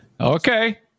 Okay